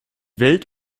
welt